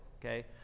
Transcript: okay